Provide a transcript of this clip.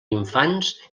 infants